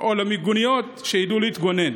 או למיגוניות, שידעו להתגונן.